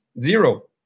zero